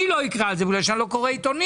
אני לא אקרא על זה בגלל שאני לא קורא עיתונים.